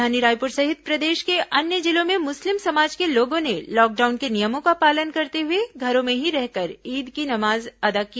राजधानी रायपुर सहित प्रदेश के अन्य जिलों में मुस्लिम समाज के लोगों ने लॉकडाउन के नियमों का पालन करते हुए घरों में ही रहकर ईद की नमाज अदा की